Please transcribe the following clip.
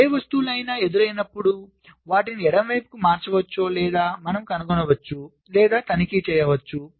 ఏ వస్తువులైన ఎదురైనప్పుడు వాటిని ఎడమకు మార్చవచ్చో లేదో మనము కనుగొనవచ్చు లేదా తనిఖీ చేయవచ్చు